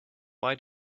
why